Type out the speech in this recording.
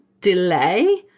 delay